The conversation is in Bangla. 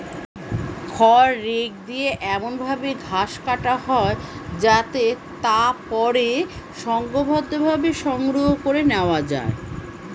খড় রেক দিয়ে এমন ভাবে ঘাস কাটা হয় যাতে তা পরে সংঘবদ্ধভাবে সংগ্রহ করে নেওয়া যায়